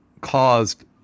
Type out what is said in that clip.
caused